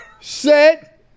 Set